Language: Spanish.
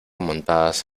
montadas